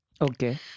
Okay